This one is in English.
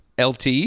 LT